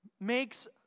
Makes